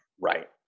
Right